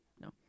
No